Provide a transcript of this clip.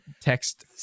text